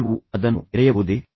ನೀವು ಅದನ್ನು ತೆರೆಯಬಹುದೇ